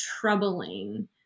troubling